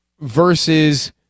versus